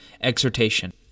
exhortation